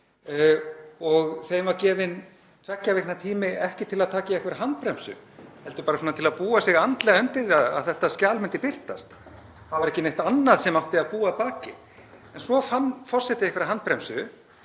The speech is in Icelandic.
og þeim var gefinn tveggja vikna tími, ekki til að taka í einhverja handbremsu heldur bara til að búa sig andlega undir það að þetta skjal myndi birtast. Það var ekki neitt annað sem átti að búa að baki. En svo fann forseti einhverja handbremsu